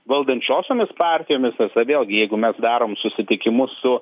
valdančiosiomis partijomis vėlgi jeigu mes darom susitikimus su